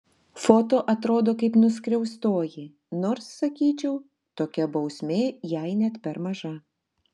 foto atrodo kaip nuskriaustoji nors sakyčiau tokia bausmė jai net per maža